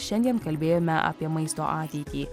šiandien kalbėjome apie maisto ateitį